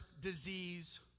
disease